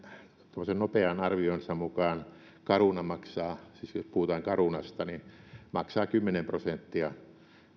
tämmöisen nopean arvionsa mukaan caruna maksaa siis jos puhutaan carunasta kymmenen prosenttia